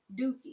Dookie